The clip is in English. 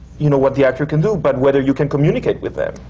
you know, what the actor can do, but whether you can communicate with them.